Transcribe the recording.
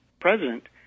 president